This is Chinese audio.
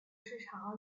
市场